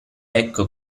ecco